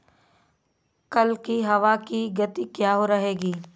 कल की हवा की गति क्या रहेगी?